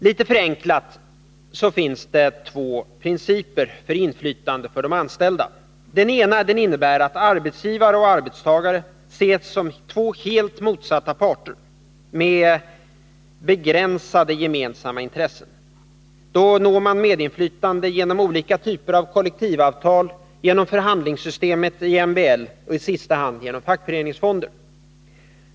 Litet förenklat finns det två principer för inflytande för de anställda. Den ena innebär att arbetsgivare och arbetstagare ses som två helt motsatta parter, med begränsade gemensamma intressen. Medinflytande nås då genom olika typer av kollektivavtal, genom förhandlingssystemet i MBL och i sista hand genom fackföreningsfonder.